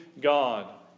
God